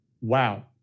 wow